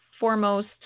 foremost